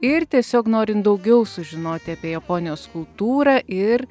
ir tiesiog norint daugiau sužinoti apie japonijos kultūrą ir